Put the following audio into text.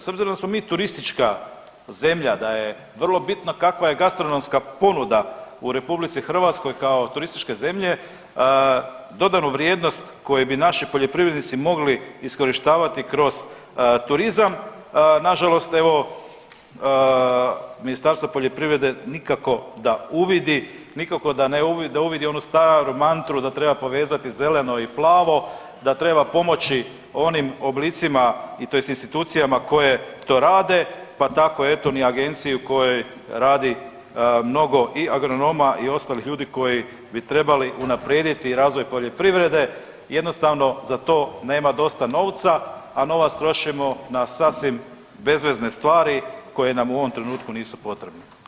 S obzirom da smo mi turistička zemlja, da je vrlo bitno kakva je gastronomska ponuda u RH kao turističke zemlje, dodanu vrijednost koje bi naši poljoprivrednici mogli iskorištavati kroz turizam, nažalost, evo, Ministarstvo poljoprivrede nikako da uvidi, nikako da ne uvidi onu staru mantru da treba povezati zeleno i plavo, da treba pomoći onim oblicima, tj. institucijama koje to rade pa tako, eto ni agenciji u kojoj radi mnogo i agronoma i ostalih ljudi koji bi trebali unaprijediti i razvoj poljoprivrede, jednostavno za to nema dosta novca, a novac trošimo na sasvim bezvezne stvari koje nam u ovom trenutku nisu potrebne.